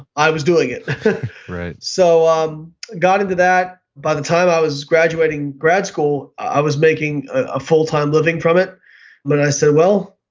i was doing it so um got into that. by the time i was graduating grad school i was making a full-time living from it but i said, well,